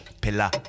pillar